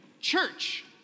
Church